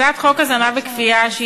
הצעת חוק הזנה בכפייה,